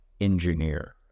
engineer